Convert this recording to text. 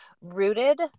rooted